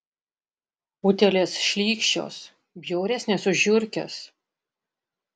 utėlės šlykščios bjauresnės už žiurkes